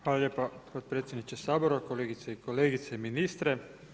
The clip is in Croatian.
Hvala lijepa potpredsjedniče Sabora, kolegice i kolege, ministre.